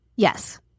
Yes